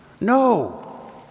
No